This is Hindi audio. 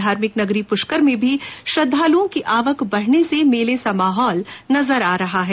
धार्मिक नगरी पुष्कर में भी श्रद्वालुओं की आवक बढ़ने से मेले से माहौल नजर आ रहा है